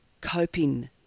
coping